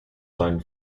seinen